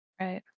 right